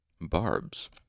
Barbs